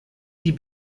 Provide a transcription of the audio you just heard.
die